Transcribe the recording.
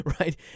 Right